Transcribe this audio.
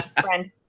friend